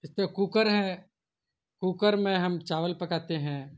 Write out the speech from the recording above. اس پہ کوکر ہے کوکر میں ہم چاول پکاتے ہیں